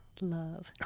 love